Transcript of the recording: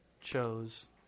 chose